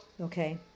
Okay